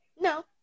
No